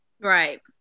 Right